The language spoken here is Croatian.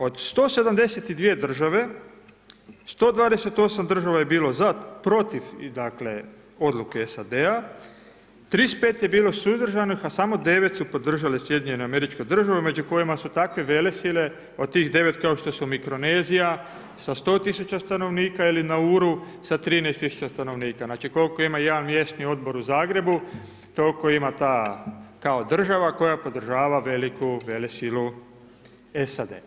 Od 172 države, 128 država je bilo protiv odluke SAD-a, 35 je bilo suzdržanih, a samo 9 su podržale SAD među kojima su takve velesile od tih 9 kao što su Mikronezija sa 100 tisuća stanovnika ili Nauru sa 13 tisuća stanovnika, znači koliko ima jedan mjesni odbor u Zagrebu toliko ima ta kao država koja podržava veliku velesilu SAD.